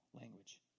language